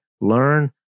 Learn